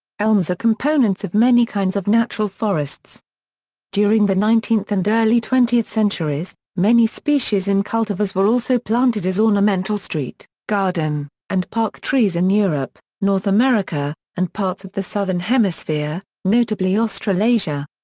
elms are components of many kinds of natural forests during the nineteenth and early twentieth centuries, many species and cultivars were also planted as ornamental street, garden, and park trees in europe, north america, and parts of the southern hemisphere, notably australasia.